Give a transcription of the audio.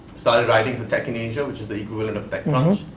started writing for tech in asia, which is the equivalent of tech